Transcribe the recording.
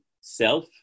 self